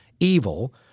evil